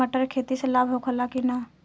मटर के खेती से लाभ होला कि न?